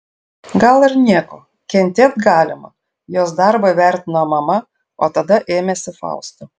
gal ir nieko kentėt galima jos darbą įvertino mama o tada ėmėsi fausto